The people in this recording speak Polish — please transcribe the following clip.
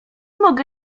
mogę